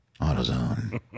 AutoZone